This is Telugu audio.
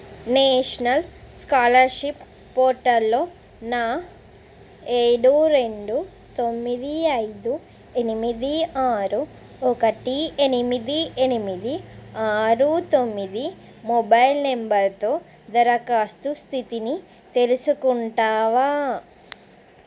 నేషనల్ స్కాలర్షిప్ పోర్టల్లో నా ఏడు రెండు తొమ్మిది ఐదు ఎనిమిది ఆరు ఒకటి ఎనిమిది ఎనిమిది ఆరు తొమ్మిది మొబైల్ నంబరుతో దరఖాస్తు స్థితిని తెలుసుకుంటావా